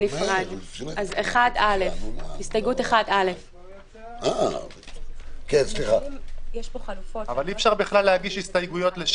הסתייגות מס' 8. מי בעד ההסתייגות?